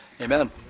Amen